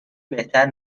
بهتر